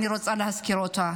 אני רוצה להזכיר אותה.